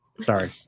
Sorry